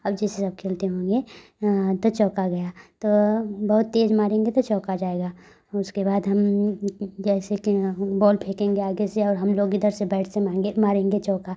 अब जैसे सब खेलते होंगे तो चौका गया तो बहुत तेज़ मारेंगे तो चौका जाएगा उसके बाद हम जैसे कि हम बौल फेकेंगे आगे से और हम लोग इधर से बैट से माहेंगे मारेंगे चौका